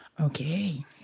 Okay